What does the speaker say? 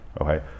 Okay